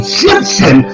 Egyptian